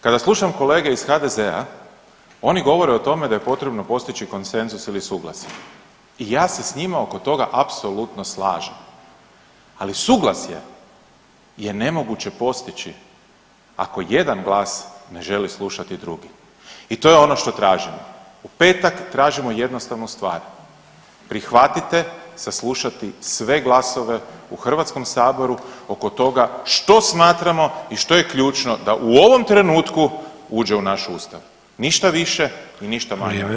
Kada slušam kolege iz HDZ-a oni govore o tome da je potrebno postići konsenzus ili suglasje i ja se s njima oko toga apsolutno slažem, ali suglasje je nemoguće postići ako jedan glas ne želi slušati drugi i to je ono što tražimo, u petak tražimo jednostavnu stvar, prihvatite saslušati sve glasove u HS oko toga što smatramo i što je ključno da u ovom trenutku uđe u naš ustav, ništa više i ništa manje od toga.